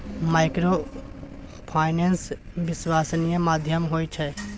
Microfinance विश्वासनीय माध्यम होय छै?